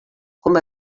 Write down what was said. coma